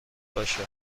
باشه